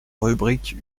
rubrique